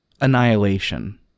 Annihilation